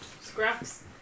scraps